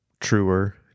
truer